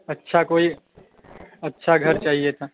अच्छा कोई अच्छा घर चाहिए था